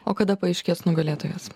o kada paaiškės nugalėtojas